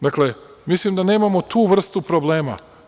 Dakle, mislim da nemamo tu vrstu problema.